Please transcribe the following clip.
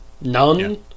None